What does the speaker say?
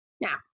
Now